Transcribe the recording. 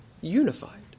unified